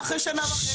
ומה אחרי שנה וחצי?